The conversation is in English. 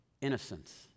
Innocence